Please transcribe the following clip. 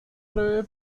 breve